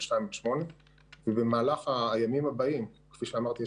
8-2. במהלך הימים הבאים כפי שאמרתי,